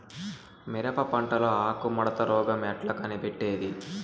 మిరప పంటలో ఆకు ముడత రోగం ఎట్లా కనిపెట్టేది?